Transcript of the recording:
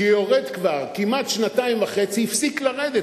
שיורד כבר כמעט שנתיים וחצי, הפסיק לרדת.